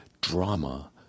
drama